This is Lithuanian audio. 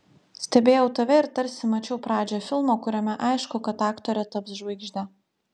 stebėjau tave ir tarsi mačiau pradžią filmo kuriame aišku kad aktorė taps žvaigžde